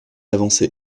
avancée